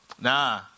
Nah